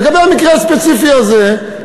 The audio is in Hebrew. לגבי המקרה הספציפי הזה,